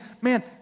man